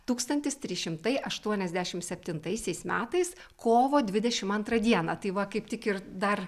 tūkstantis trys šimtai aštuoniasdešimt septintaisiais metais kovo dvidešimt antrą dieną tai va kaip tik ir dar